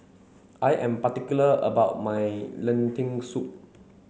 I am particular about my Lentil Soup